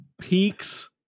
peaks